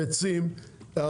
הביצים,